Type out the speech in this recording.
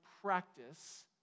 practice